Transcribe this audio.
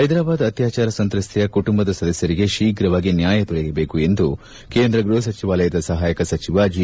ಹ್ಟೆದರಾಬಾದ್ ಅತ್ವಾಚಾರ ಸಂತ್ರನ್ತೆಯ ಕುಟುಂಬದ ಸದಸ್ದರಿಗೆ ಶೀಘವಾಗಿ ನ್ವಾಯ ದೊರೆಯಬೇಕು ಎಂದು ಕೇಂದ್ರ ಗ್ಬಹಸಚಿವಾಲಯದ ಸಹಾಯಕ ಸಚಿವ ಜಿ